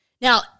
Now